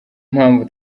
mpamvu